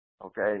okay